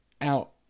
out